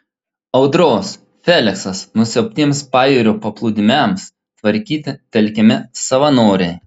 audros feliksas nusiaubtiems pajūrio paplūdimiams tvarkyti telkiami savanoriai